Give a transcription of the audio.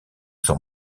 son